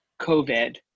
COVID